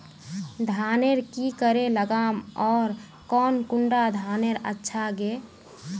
धानेर की करे लगाम ओर कौन कुंडा धानेर अच्छा गे?